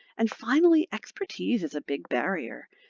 and finally, expertise is a big barrier.